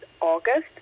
August